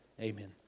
Amen